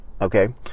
okay